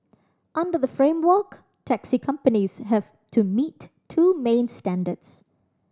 under the framework taxi companies have to meet two main standards